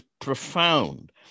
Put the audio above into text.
profound